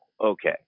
okay